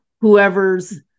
whoever's